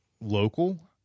local